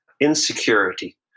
insecurity